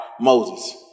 Moses